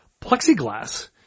plexiglass